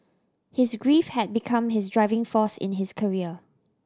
his grief had become his driving force in his career